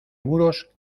muros